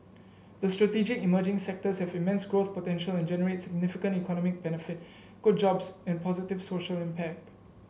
the strategic emerging sectors have immense growth potential and generate significant economic benefit good jobs and positive social impact